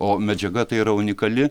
o medžiaga tai yra unikali